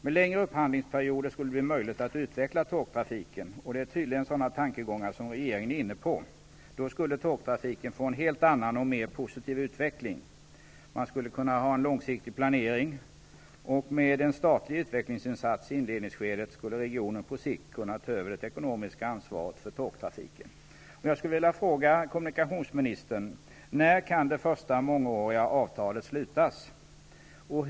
Med längre upphandlingsperioder skulle det bli möjligt att utveckla tågtrafiken. Det är tydligen sådana tankegångar som regeringen har. Då skulle tågtrafiken få en helt annan och mer positiv utveckling. Det skulle kunna ske en långsiktig planering. Med en statlig utvecklingsinsats i inledningsskedet skulle regionen på sikt kunna ta över det ekonomiska ansvaret för tågtrafiken. När kan det första mångåriga avtalet slutas, kommunikationsministern?